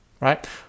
right